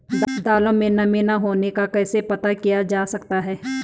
दालों में नमी न होने का कैसे पता किया जा सकता है?